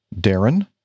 Darren